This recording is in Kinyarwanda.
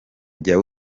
jya